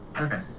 Okay